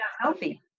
healthy